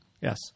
Yes